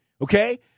okay